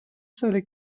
ساله